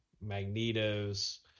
magnetos